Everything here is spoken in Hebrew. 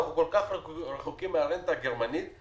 אנחנו כל כך רחוקים מהרנטה הגרמנית.